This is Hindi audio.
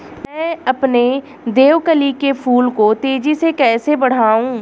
मैं अपने देवकली के फूल को तेजी से कैसे बढाऊं?